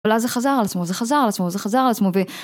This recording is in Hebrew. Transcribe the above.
אבל אז זה חזר על עצמו, זה חזר על עצמו, זה חזר על עצמו ו...